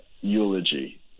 eulogy